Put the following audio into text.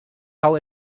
how